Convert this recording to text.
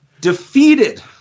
defeated